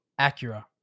Acura